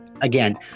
again